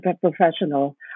professional